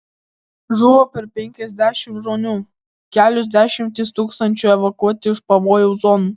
žuvo per penkiasdešimt žmonių kelios dešimtys tūkstančių evakuoti iš pavojaus zonų